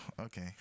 okay